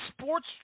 Sports